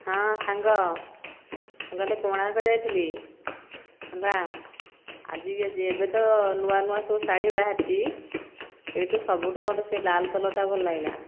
ହଁ ସାଙ୍ଗ ମୁଁ କାଲି କୋଣାର୍କ ଯାଇଥିଲି ହେଲା ଆଜିକି ଆଜି ଏବେ ତ ନୂଆଁ ନୂଆଁ ସବୁ ଶାଢ଼ୀ ବାହାରିଛି ସେଇଠୁ ସବୁଠୁ ମୋତେ ସେ ଲାଲ୍ କଲର୍ଟା ଭଲ ଲାଗିଲା